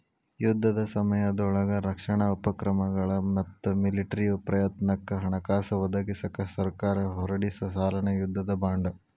ಯುದ್ಧದ ಸಮಯದೊಳಗ ರಕ್ಷಣಾ ಉಪಕ್ರಮಗಳ ಮತ್ತ ಮಿಲಿಟರಿ ಪ್ರಯತ್ನಕ್ಕ ಹಣಕಾಸ ಒದಗಿಸಕ ಸರ್ಕಾರ ಹೊರಡಿಸೊ ಸಾಲನ ಯುದ್ಧದ ಬಾಂಡ್